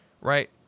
Right